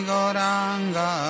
Goranga